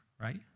right